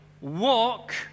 walk